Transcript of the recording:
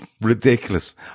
ridiculous